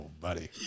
buddy